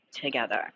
together